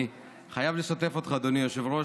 אני חייב לשתף אותך, אדוני היושב-ראש.